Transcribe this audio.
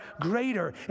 greater